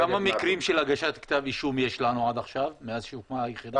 כמה מקרים של הגשת כתב אישום יש לנו עד עכשיו מאז שהוקמה היחידה?